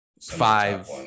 five